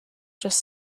just